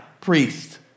priest